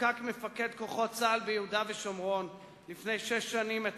פרסם מפקד כוחות צה"ל ביהודה ושומרון לפני שש שנים את